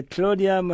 Claudia